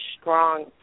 strong